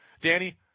Danny